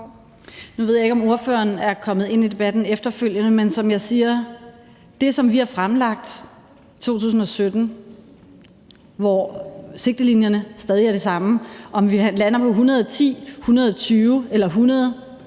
Nu ved jeg ikke, om ordføreren er kommet ind i debatten efterfølgende, men som jeg siger, er det, sådan som vi har fremlagt i 2017, hvor sigtelinjerne stadig er de samme. Om vi lander på 110, 120 eller 100